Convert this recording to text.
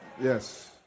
Yes